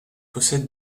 possède